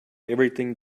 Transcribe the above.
everything